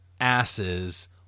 asses